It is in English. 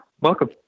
welcome